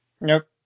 Nope